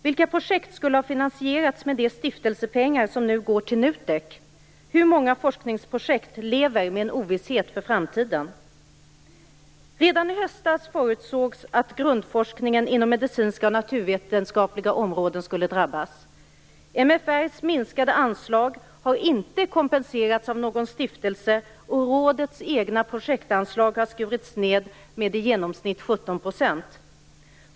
Vilka projekt skulle ha finansierats med de stiftelsepengar som nu går till NUTEK? Hur många forskningsprojekt lever med en ovisshet för framtiden? Redan i höstas förutsågs att grundforskningen inom medicinska och naturvetenskapliga områden skulle drabbas. MFR:s minskade anslag har inte kompenserats av någon stiftelse, och rådets egna projektanslag har skurits ned med i genomsnitt 17 %.